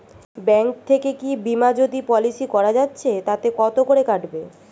Bank থেকে কী Bima Jyoti policy করা যাচ্ছে তাতে কত করে কাটবে?